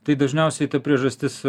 tai dažniausiai ta priežastis